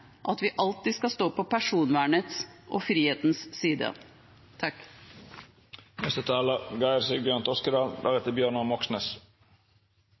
at vi alltid skal stå på personvernets og frihetens side.